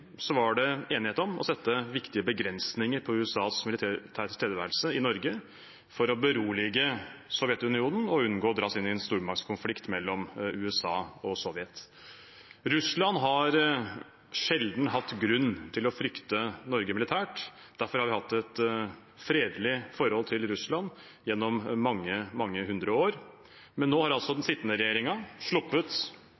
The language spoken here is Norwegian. var det enighet om å sette viktige begrensninger på USAs militære tilstedeværelse i Norge for å berolige Sovjetunionen og unngå å dras inn i en stormaktskonflikt mellom USA og Sovjet. Russland har sjelden hatt grunn til å frykte Norge militært, derfor har vi hatt et fredelig forhold til Russland gjennom mange hundre år. Men nå har den